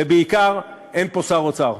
ובעיקר אין פה שר אוצר.